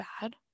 bad